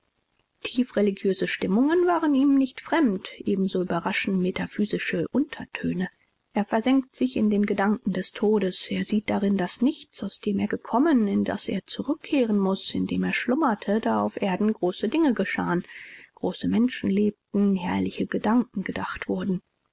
tiefreligiöse stimmungen waren ihm nicht fremd ebenso überraschen metaphysische untertöne er versenkt sich in den gedanken des todes er sieht darin das nichts aus dem er gekommen in das er zurückkehren muß in dem er schlummerte da auf erden große dinge geschahen große menschen lebten herrliche gedanken gedacht wurden